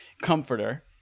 comforter